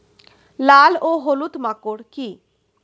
লাল ও হলুদ মাকর কী?